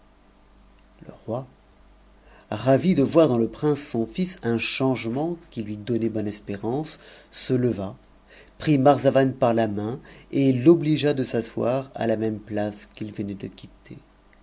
le roi ravi de voir dans le prince son fils un changement qui lui donnait bonne espérance se leva prit marzavan par la main et l'obligea de s'asseoir à la même place qu'il venait de quitter